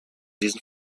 diesen